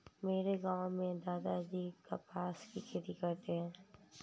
मेरे गांव में दादाजी कपास की खेती करते हैं